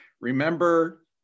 Remember